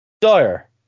dire